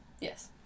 Yes